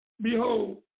behold